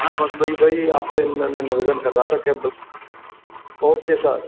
हाँ बस वही वही आप से मैं मैं निवेदन कर रहा था कि ब ओके सर